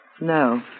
No